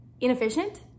inefficient